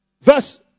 Verse